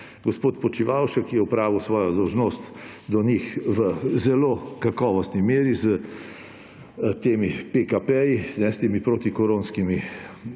Gospod Počivalšek je opravil svojo dolžnost do njih v zelo kakovostni meri s temi PKP, s temi protikoronskimi ukrepi,